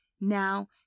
now